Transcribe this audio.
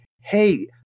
hey